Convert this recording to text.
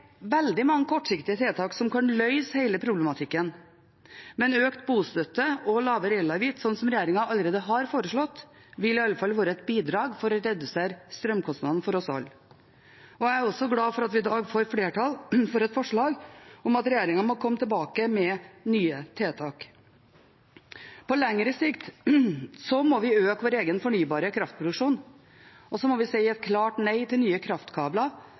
veldig mange kortsiktige tiltak som kan løse hele problematikken, men økt bostøtte og lavere elavgift – slik regjeringen allerede har foreslått – vil iallfall være et bidrag til å redusere strømkostnadene for oss alle. Jeg er også glad for at vi i dag får flertall for et forslag om at regjeringen må komme tilbake med nye tiltak. På lengre sikt må vi øke vår egen fornybare kraftproduksjon, og så må vi si et klart nei til nye kraftkabler,